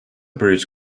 bridge